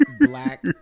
black